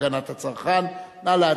הגנת הצרכן (תיקון מס' 33). נא להצביע,